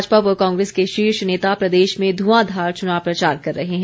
भाजपा व कांग्रेस के शीर्ष नेता प्रदेश में ध्रआंधार चुनाव प्रचार कर रहे हैं